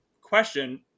question